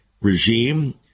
regime